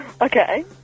Okay